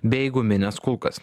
bei gumines kulkas